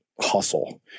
Hustle